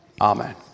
Amen